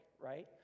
right